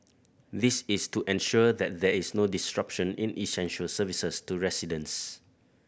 this is to ensure that there is no disruption in essential services to residents